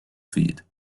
feed